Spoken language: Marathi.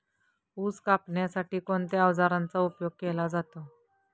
ऊस कापण्यासाठी कोणत्या अवजारांचा उपयोग केला जातो?